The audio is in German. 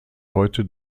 heute